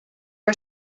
are